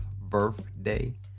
birthday